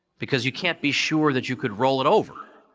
because you can't be sure that you could roll it over,